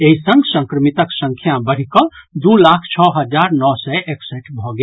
एहि संग संक्रमितक संख्या बढ़ि कऽ दू लाख छओ हजार नओ सय एकसठि भऽ गेल